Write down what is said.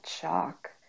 shock